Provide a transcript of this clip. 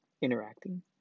interacting